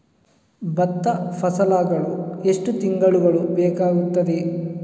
ಭತ್ತ ಫಸಲಾಗಳು ಎಷ್ಟು ತಿಂಗಳುಗಳು ಬೇಕಾಗುತ್ತದೆ?